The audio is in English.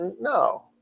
No